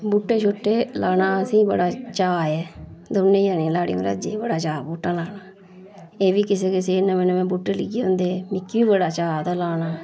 बूह्टे छूह्टे लाना असेंई बड़ा चाऽ ऐ दोने जनें लाड़ी म्हराजै गी बड़ा चाऽ बूह्टा लाना एह् बी किसे किसे नमें नमें बूह्टे लेइयै औंदे मिकी बी बड़ा चाऽ तां लाना